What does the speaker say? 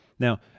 Now